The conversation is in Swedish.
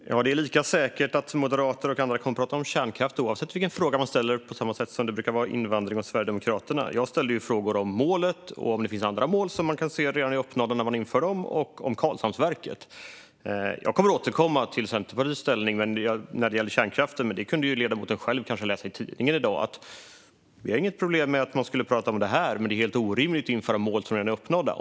Fru talman! Ja, det är lika säkert att moderater och andra kommer att prata om kärnkraft oavsett vilken fråga man ställer som att Sverigedemokraterna på samma sätt brukar prata om invandring. Jag ställde frågor om målet och om det finns andra mål som man kan se redan är uppnådda när man inför dem och om Karlshamnsverket. Jag kommer att återkomma till Centerpartiets ställning när det gäller kärnkraften, men ledamoten kunde kanske själv läsa i tidningen i dag att vi inte har något problem med att man skulle prata om detta. Men det är helt orimligt att införa mål som redan är uppnådda.